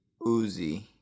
Uzi